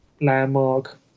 landmark